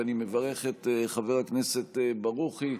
אני מברך את חבר הכנסת ברוכי,